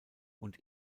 und